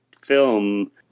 film